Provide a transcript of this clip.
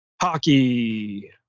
hockey